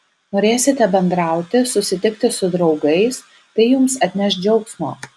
norėsite bendrauti susitikti su draugais tai jums atneš džiaugsmo